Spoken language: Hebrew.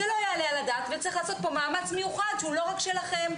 זה לא יעלה על הדעת וצריך לעשות פה מאמץ מיוחד שהוא לא רק שלכם.